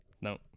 No